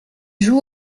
joue